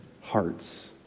hearts